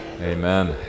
Amen